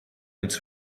its